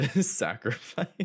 Sacrifice